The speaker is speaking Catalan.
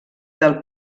del